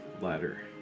ladder